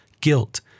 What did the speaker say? guilt